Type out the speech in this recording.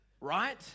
Right